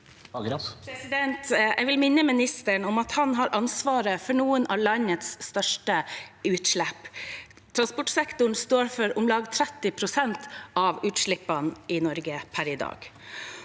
Jeg vil minne minis- teren om at han har ansvaret for noen av landets største utslipp. Transportsektoren står for om lag 30 pst. av utslippene i Norge per i dag.